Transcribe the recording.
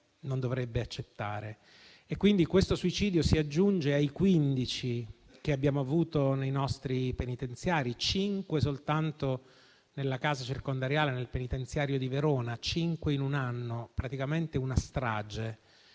non dovrebbe accettare. Questo suicidio si aggiunge ai 15 che abbiamo avuto nei nostri penitenziari, cinque soltanto nella casa circondariale di Verona in un anno, praticamente una strage.